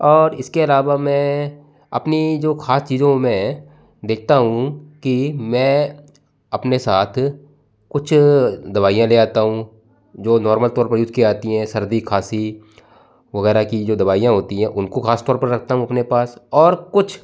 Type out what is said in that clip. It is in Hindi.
और इसके अलावा में अपनी जो खास चीजों मैं देखता हूँ की मैं अपने साथ कुछ अ दवाइयां ले आता हूँ जो नॉर्मल तौर पर यूज़ की जाती हैं सर्दी खांसी वगैरह की जो दवाइयां होती है उनको खासतौर पर रखता हूँ अपने पास और कुछ